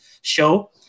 show